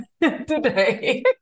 today